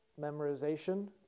memorization